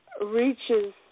reaches